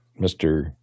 Mr